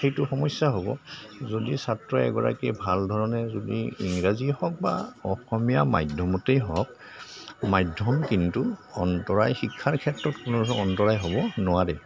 সেইটো সমস্যা হ'ব যদি ছাত্ৰ এগৰাকী ভাল ধৰণে যদি ইংৰাজী হওক বা অসমীয়া মাধ্যমতেই হওক মাধ্যম কিন্তু অন্তৰায় শিক্ষাৰ ক্ষেত্ৰত কোনো অন্তৰায় হ'ব নোৱাৰে